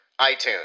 itunes